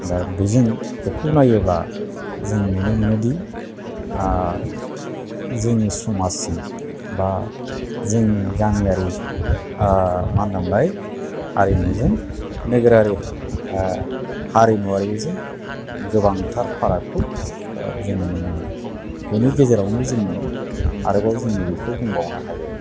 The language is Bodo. दा बिजों बेखौ नायोब्ला जों नुनो मोनोदि जोंनि समाजजों बा जोंनि गामियारि माहोनो मोनलाय हारिमुजों नोगोरारि हारिमुवारिजों गोबांथार फारागखौ जोङो नुनो मोनो बिनि गेजेरावनो जोङो आरोबाव जों ओरैखौ बुंबावनो हायो